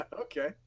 Okay